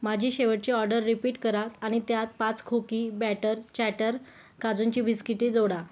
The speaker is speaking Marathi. माझी शेवटची ऑर्डर रिपीट करा आणि त्यात पाच खोकी बॅटर चॅटर काजूंची बिस्किटे जोडा